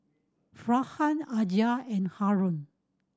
Aizat and Haron